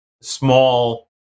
small